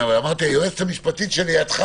מי בעד?